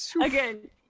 again